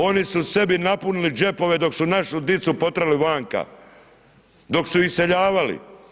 Oni su se sebi napunili džepove dok su našu djecu potjerali vanka, dok su iseljavali.